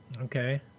okay